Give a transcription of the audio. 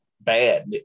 bad